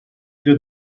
میره